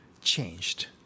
Changed